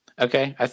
okay